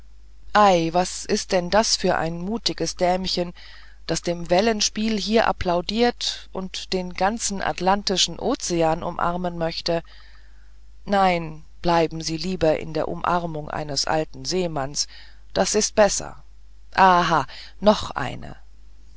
ei was ist denn das für ein mutiges dämchen das dem wellenspiel hier applaudiert und den ganzen atlantischen ozean umarmen möchte nein bleiben sie lieber in der umarmung eines alten seemanns das ist besser aha noch eine